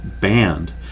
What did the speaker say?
banned